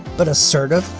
but assertive,